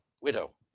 widow